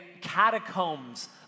catacombs